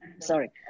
Sorry